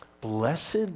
Blessed